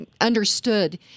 understood